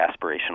aspirational